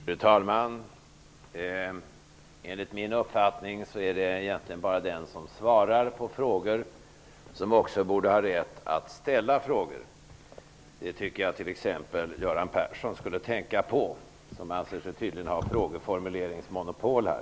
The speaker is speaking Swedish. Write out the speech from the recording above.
Fru talman! Enligt min uppfattning är det egentligen bara den som svarar på frågor som borde ha rätt att ställa frågor. Det tycker jag att t.ex. Göran Persson skulle tänka på. Han anser sig tydligen ha frågeformuleringsmonopol här.